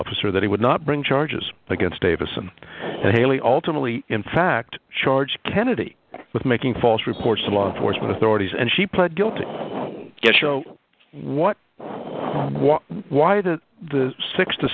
officer that he would not bring charges against davis and haley ultimately in fact charged kennedy with making false reports of law enforcement authorities and she pled guilty to show what was why the the six to